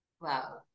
Wow